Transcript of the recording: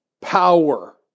power